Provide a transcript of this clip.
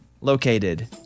located